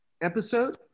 episode